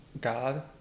God